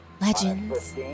Legends